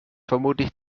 vermutlich